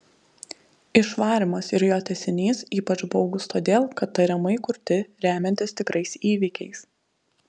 išvarymas ir jo tęsinys ypač baugūs todėl kad tariamai kurti remiantis tikrais įvykiais